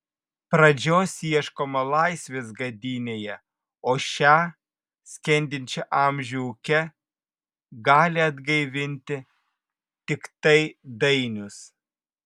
pradžios ieškoma laisvės gadynėje o šią skendinčią amžių ūke gali atgaivinti tiktai dainius